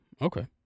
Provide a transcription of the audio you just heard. okay